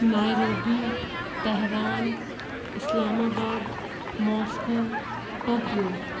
Nairobi Tehran Islamabad Moscow Tokyo